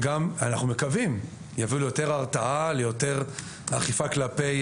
ואנחנו מקווים שיביאו ליותר הרתעה וליותר אכיפה כלפי